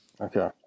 Okay